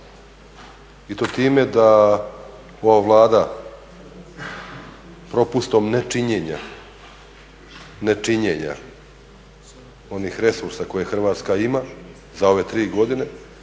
i to time da ova Vlada propustom nečinjenja, nečinjenja, onih resursa koje Hrvatska ima za ove tri godine